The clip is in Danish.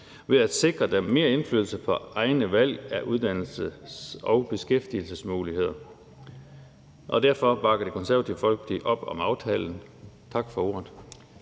ved at sikre dem mere indflydelse på egne valg af uddannelse og beskæftigelse. Derfor bakker Det Konservative Folkeparti op om forslaget. Tak for ordet.